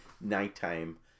nighttime